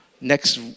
Next